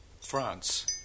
France